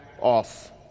off